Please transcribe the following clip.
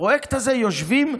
בפרויקט הזה יושבים,